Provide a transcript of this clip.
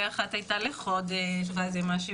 אחת הייתה לחודש ואז היא אמרה שהיא